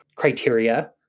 Criteria